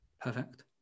Perfect